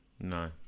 No